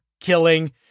killing